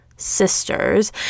sisters